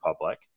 public